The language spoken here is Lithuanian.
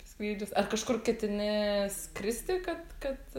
skrydžius ar kažkur ketini skristi kad kad